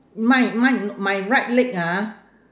mine mine my right leg ah